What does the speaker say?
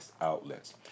outlets